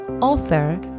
author